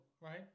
right